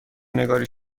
نگاری